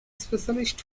specialist